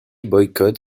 boycott